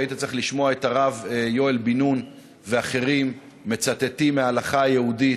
היית צריך לשמוע את הרב יואל בן-נון ואחרים מצטטים מההלכה היהודית,